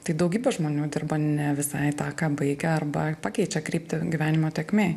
tai daugybė žmonių dirba ne visai tą ką baigę arba pakeičia kryptį gyvenimo tėkmėj